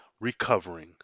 recovering